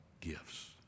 gifts